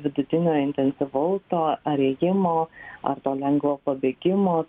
vidutinio intensyvaus to ar ėjimo ar to lengvo pabėgimo